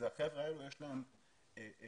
החבר'ה האלה לא למדו,